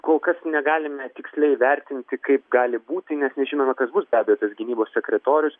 kol kas negalime tiksliai vertinti kaip gali būti nes nežinome kas bus be abejo tas gynybos sekretorius